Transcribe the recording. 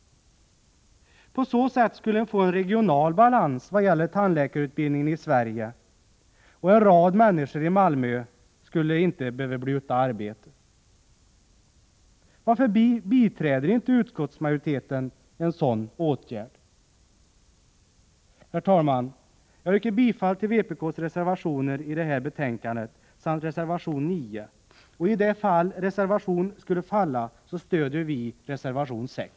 På så sätt skulle vi få en regional balans i vad gäller tandläkarutbildningen i Sverige, och ett antal människor i Malmö skulle inte behöva bli utan arbete. Varför biträder inte utskottsmajoriteten en sådan åtgärd? Herr talman! Jag yrkar bifall till vpk:s reservationer till detta betänkande samt reservation 9. Om reservation 7 skulle falla, kommer vi att stödja reservation 6.